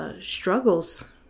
struggles